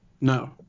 No